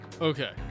Okay